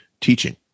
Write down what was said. teaching